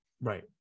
right